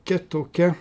kia tokia